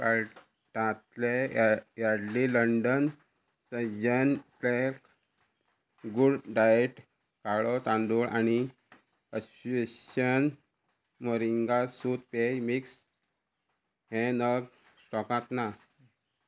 कार्टांतलें या Yardley London सज्जन प्लेग गूड डायट काळो तांदूळ आनी ओसपीशन मोरिंगा सत्व पेय मिक्स हे नग स्टॉकांत ना